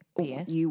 Yes